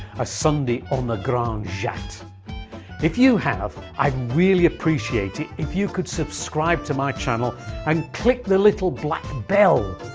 a sunday on the grande jatte if you have, i'd really appreciate it, if you could subscribe to my channel and click the little black bell,